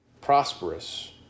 prosperous